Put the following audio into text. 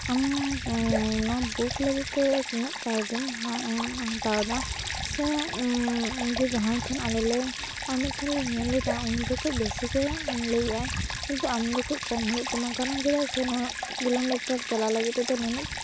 ᱟᱢ ᱱᱚᱣᱟ ᱵᱩᱠ ᱞᱟᱹᱜᱤᱫᱛᱮ ᱛᱤᱱᱟᱹᱜ ᱠᱟᱹᱣᱰᱤᱢ ᱦᱟᱛᱟᱣᱫᱟ ᱥᱮ ᱡᱟᱦᱟᱭ ᱴᱷᱮᱱ ᱟᱞᱮ ᱞᱮ ᱟᱨ ᱢᱤᱫ ᱴᱷᱮᱱ ᱞᱮ ᱧᱮᱞ ᱞᱮᱫᱟ ᱩᱱᱤᱫᱚ ᱵᱮᱥᱤᱜᱮ ᱞᱟᱹᱭᱮᱜᱼᱟᱭ ᱠᱤᱱᱛᱩ ᱟᱢᱫᱚ ᱠᱟᱹᱡ ᱠᱚᱢ ᱦᱩᱭᱩᱜ ᱛᱟᱢᱟ ᱠᱟᱨᱚᱱ ᱪᱮᱫᱟᱜ ᱥᱮ ᱱᱩᱱᱟᱹᱜ ᱪᱟᱞᱟᱣ ᱞᱟᱹᱜᱤᱫ ᱛᱮᱫᱚ ᱱᱩᱱᱟᱹᱜ